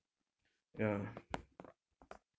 yeah